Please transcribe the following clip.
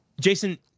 Jason